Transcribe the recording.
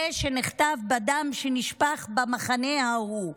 זה שנכתב בדם שנשפך במחנה ההוא,